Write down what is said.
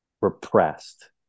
repressed